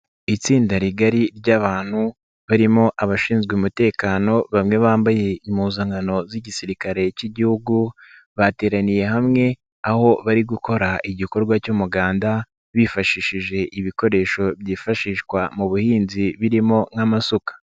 Itsinda rigari ry'abantu barimo abashinzwe umutekano bamwe bambaye impuzankano z'Igisirikare cy'Igihugu bateraniye hamwe, aho bari gukora igikorwa cy'umuganda bifashishije ibikoresho byifashishwa mu buhinzi birimo nk'amasuka.